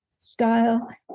Style